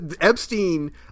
Epstein